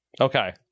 Okay